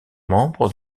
membres